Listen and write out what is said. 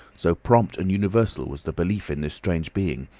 so prompt and universal was the belief in this strange being,